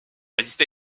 résister